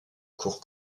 cour